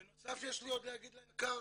בנוסף יש לי עוד להגיד ליק"ר,